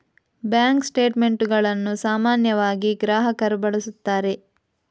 bank ಸ್ಟೇಟ್ ಮೆಂಟುಗಳನ್ನು ಸಾಮಾನ್ಯವಾಗಿ ಗ್ರಾಹಕರು ಬಳಸುತ್ತಾರೆ